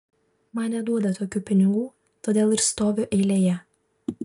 man neduoda tokių pinigų todėl ir stoviu eilėje